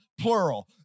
plural